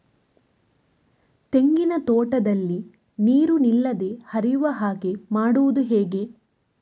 ತೆಂಗಿನ ತೋಟದಲ್ಲಿ ನೀರು ನಿಲ್ಲದೆ ಹರಿಯುವ ಹಾಗೆ ಮಾಡುವುದು ಹೇಗೆ?